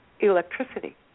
electricity